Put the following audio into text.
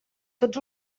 tots